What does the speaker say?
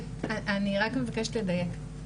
אני רק מבקשת לדייק,